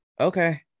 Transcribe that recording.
Okay